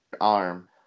arm